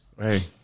Hey